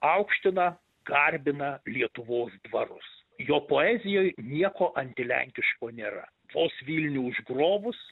aukština garbina lietuvos dvarus jo poezijoj nieko antilenkiško nėra vos vilnių užgrobus